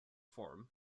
forum